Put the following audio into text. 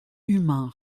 humain